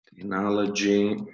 technology